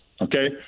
okay